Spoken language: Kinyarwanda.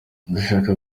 nshaka